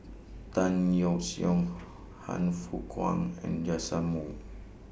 Tan Yeok Seong Han Fook Kwang and Joash Moo